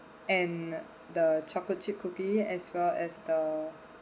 and the chocolate chip cookie as well as the